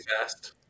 fast